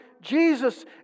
Jesus